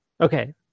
okay